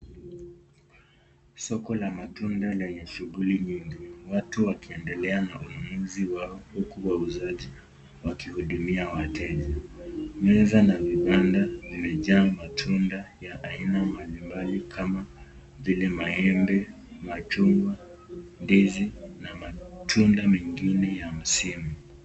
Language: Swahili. Soko la matunda lenye shughuli mingi. Watu wakiendelea na ununuzi wao, huku wauzaji wakihudumia wateja. Meza na vibanda ,vimejaa matunda ya aina mbalimbali kama vile maembe, machungwa, ndizi na matunda mengine ya msimu.